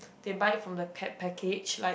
they buy from the kept package like